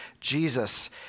Jesus